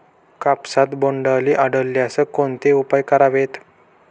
कापसात बोंडअळी आढळल्यास कोणते उपाय करावेत?